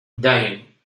dyeing